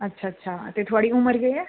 अच्छा अच्छा ते थोहाड़ी उमर केह् ऐ